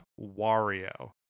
Wario